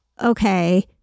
okay